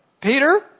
Peter